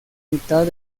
mitad